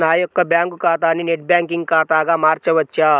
నా యొక్క బ్యాంకు ఖాతాని నెట్ బ్యాంకింగ్ ఖాతాగా మార్చవచ్చా?